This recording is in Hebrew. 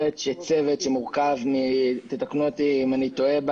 צוות שמורכב תתקנו אותי אם אני טועה,